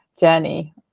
journey